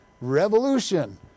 revolution